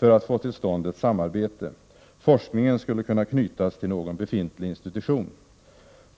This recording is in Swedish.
att få till stånd ett samarbete. Forskningen skulle kunna knytas till någon befintlig institution.